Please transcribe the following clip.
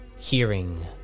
hearing